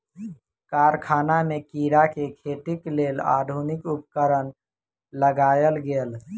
कारखाना में कीड़ा के खेतीक लेल आधुनिक उपकरण लगायल गेल